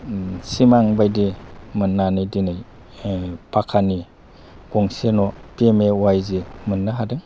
सिमांबायदि मोननानै दिनै फाखानि गंसे न' पि एम ए अवाय जि मोननो हादों